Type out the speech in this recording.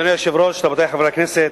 אדוני היושב-ראש, חברי חברי הכנסת,